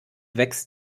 wächst